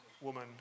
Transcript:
woman